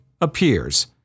appears